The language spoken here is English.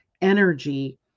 energy